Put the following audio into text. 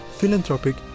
philanthropic